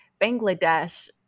Bangladesh